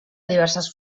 diverses